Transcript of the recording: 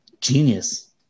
Genius